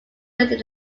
within